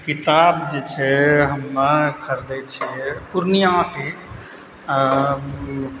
किताब जे छै हम खरीदै छियै पूर्णिया से अऽ